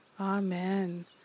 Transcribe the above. amen